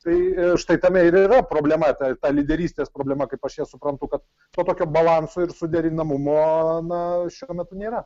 tai štai tame ir yra problema ta ta lyderystės problema kaip aš ją suprantu kad to tokio balanso ir suderinamumo na šiuo metu nėra